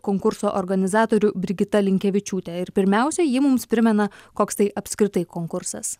konkurso organizatorių brigita linkevičiūte ir pirmiausia ji mums primena koks tai apskritai konkursas